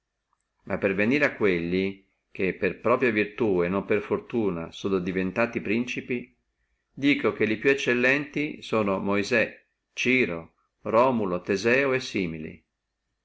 ma per venire a quelli che per propria virtù e non per fortuna sono diventati principi dico che li più eccellenti sono moisè ciro romulo teseo e simili